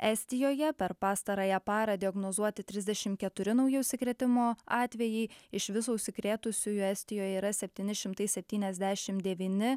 estijoje per pastarąją parą diagnozuoti trisdešimt keturi nauji užsikrėtimo atvejai iš viso užsikrėtusiųjų estijoje yra septyni šimtai septyniasdešimt devyni